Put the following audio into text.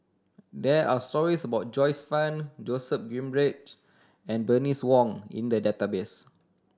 there are stories about Joyce Fan Joseph Grimberg and Bernice Wong in the database